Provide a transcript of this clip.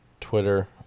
Twitter